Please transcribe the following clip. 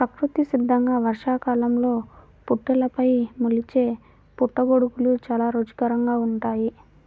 ప్రకృతి సిద్ధంగా వర్షాకాలంలో పుట్టలపైన మొలిచే పుట్టగొడుగులు చాలా రుచికరంగా ఉంటాయి